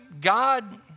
God